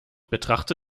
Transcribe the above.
betrachte